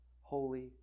holy